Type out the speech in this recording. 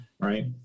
Right